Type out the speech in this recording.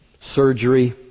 surgery